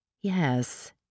Yes